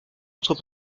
autres